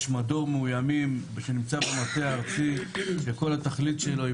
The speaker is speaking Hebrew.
יש מדור מאויימים שנמצא במטה הארצי שכל התכלית שלו היא